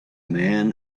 man